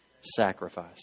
Sacrifice